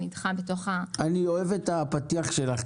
אני אוהב את הפתיח שלך,